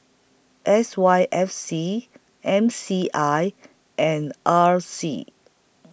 S Y F C M C I and R C